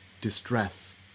distress